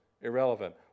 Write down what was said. irrelevant